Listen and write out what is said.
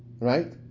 right